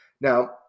Now